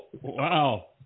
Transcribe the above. wow